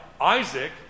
Isaac